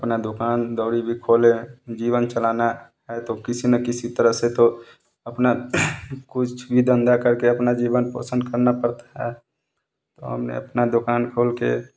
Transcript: अपना दुकानदारी भी खोले जीवन चलाना है तो किसी न किसी तरह से तो अपना कुछ भी धंधा करके अपना जीवन पोषण करना पड़ता है और मैं अपना दुकान खोल के